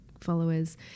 followers